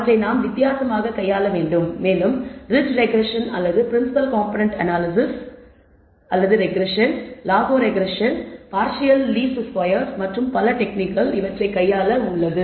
அவற்றை வித்தியாசமாக கையாள வேண்டும் மேலும் ரிட்ஜ் ரெக்ரெஸ்ஸன் அல்லது principal component regression lasso regression partial least square மற்றும் பல டெக்னிக்கள் உள்ளன